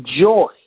joy